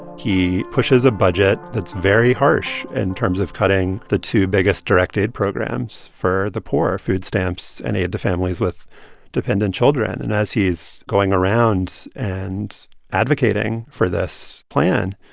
he pushes a budget that's very harsh in terms of cutting the two biggest direct aid programs for the poor food stamps and aid to families with dependent children. and as he's going around and advocating for this plan,